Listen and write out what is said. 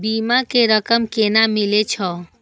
बीमा के रकम केना मिले छै?